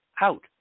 out